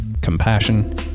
compassion